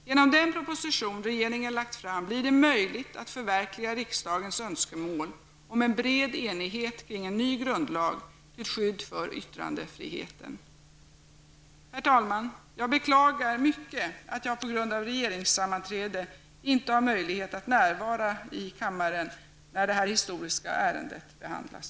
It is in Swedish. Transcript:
Genom den proposition som regeringen lagt fram blir det möjligt att förverkliga riksdagens önskemål om en bred enighet kring en ny grundlag till skydd för yttrandefriheten. Herr talman! Jag beklagar mycket att jag på grund av regeringssammanträde inte har möjlighet att närvara i kammaren, när detta historiska ärende behandlas.